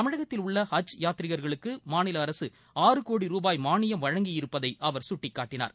தமிழகத்தில் உள்ள ஹஜ் யாத்திரிகர்களுக்கு மாநில அரசு ஆறு கோடி ரூபாய் மானியம் வழங்கி இருப்பதை அவர் சுட்டிக்காட்டினார்